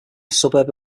suburb